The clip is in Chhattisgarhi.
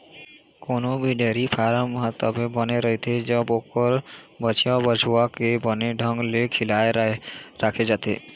कोनो भी डेयरी फारम ह तभे बने रहिथे जब ओखर बछिया, बछवा के बने ढंग ले खियाल राखे जाथे